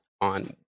on